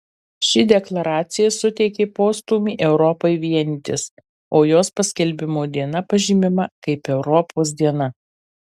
ši deklaracija suteikė postūmį europai vienytis o jos paskelbimo diena pažymima kaip europos diena